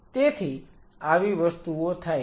તેથી આવી વસ્તુઓ થાય છે